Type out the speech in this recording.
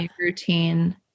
Routine